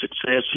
success